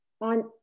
on